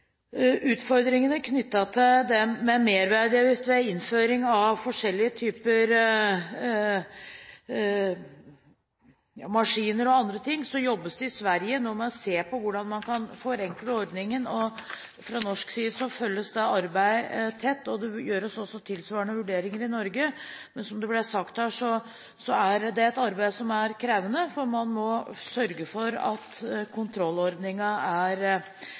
utfordringene knyttet til merverdiavgift ved innføring av forskjellige typer maskiner og andre ting, jobbes det nå i Sverige med å se på hvordan man kan forenkle ordningen. Fra norsk side følges arbeidet tett, og det gjøres også tilsvarende vurderinger i Norge. Men som det ble sagt her, er det et arbeid som er krevende, for man må sørge for at kontrollordningene er